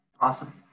Awesome